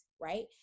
right